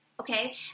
okay